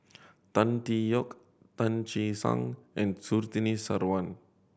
Tan Tee Yoke Tan Che Sang and Surtini Sarwan